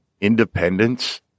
independence